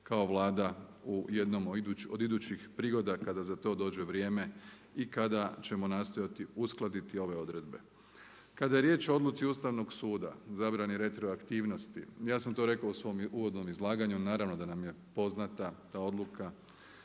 kao Vlada u jednom od idućih prigoda kada za to dođe vrijeme i kada ćemo nastojati uskladiti ove odredbe. Kada je riječ o odluci Ustavnog suda, zabrani retroaktivnosti, ja sam to rekao u svom uvodnom izlaganju, naravno da nam je poznata ta odluka.